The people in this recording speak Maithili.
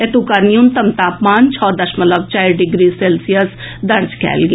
एतुका न्यूनतम तापमान छओ दशमलव चारि डिग्री सेल्सियस दर्ज कयल गेल